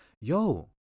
yo